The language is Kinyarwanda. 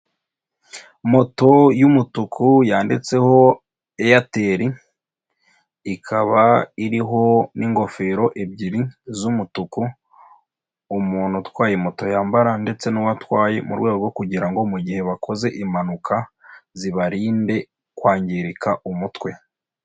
Moto y'umutuku yanditseho Airtel, ikaba iriho n'ingofero ebyiri z'umutuku, umuntu utwaye moto yambara ndetse n'uwo atwaye mu rwego rwo kugira ngo mugihe bakoze impanuka, zibarinde kwangirika umutwe.